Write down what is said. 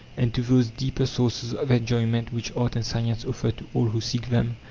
and to those deeper sources of enjoyment which art and science offer to all who seek them,